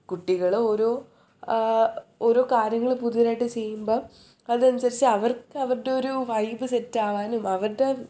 കുട്ടികൾ ഓരോ ഓരോ കാര്യങ്ങൾ പുതിയതായിട്ട് ചെയ്യുമ്പം അതനുസരിച്ച് അവർക്ക് അവരുടെ ഒരു വൈബ് സെറ്റ് ആവാനും അവരുടെ